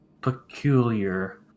peculiar